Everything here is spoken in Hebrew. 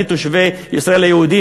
מתושבי ישראל היהודים,